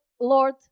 Lord